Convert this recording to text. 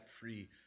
free